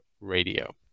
radio